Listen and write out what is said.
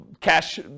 cash